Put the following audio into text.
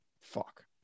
Fuck